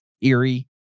eerie